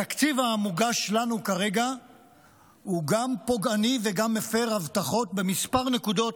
התקציב המוגש לנו כרגע הוא גם פוגעני וגם מפר הבטחות במספר נקודות,